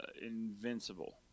Invincible